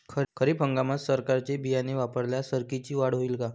खरीप हंगामात सरकीचे बियाणे वापरल्यास सरकीची वाढ होईल का?